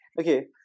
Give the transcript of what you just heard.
okay